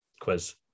quiz